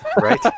Right